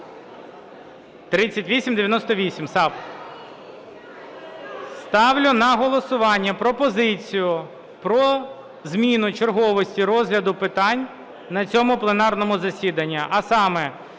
– САП. Ставлю на голосування пропозицію про зміну черговості розгляду питань на цьому пленарному засіданні,